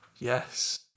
yes